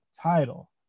title